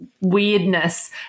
weirdness